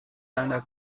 deiner